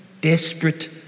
desperate